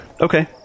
Okay